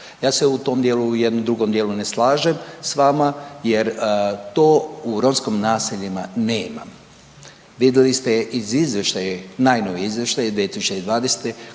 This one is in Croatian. Ja se u tom dijelu u jednom drugom dijelu ne slažem s vama jer to u romskim naseljima nema. Vidjeli ste iz izvještaja najnovije izvještaje 2020.